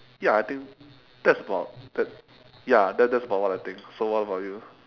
ya I think that's about that ya that that's about what I think so what about you